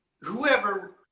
whoever